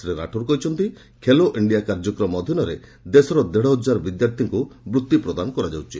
ଶ୍ରୀ ରାଠୋର କହିଛନ୍ତି ଖେଲୋ ଇଣ୍ଡିଆ କାର୍ଯ୍ୟକ୍ରମ ଅଧୀନରେ ଦେଶର ଦେଢ ହଜାର ବିଦ୍ୟାର୍ଥୀଙ୍କୁ ବୃତ୍ତି ପ୍ରଦାନ କରାଯାଉଛି